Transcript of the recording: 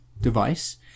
device